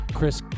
Chris